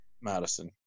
Madison